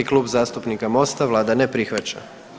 Klub zastupnika MOST-a, vlada ne prihvaća.